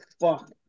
fuck